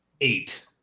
eight